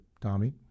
Tommy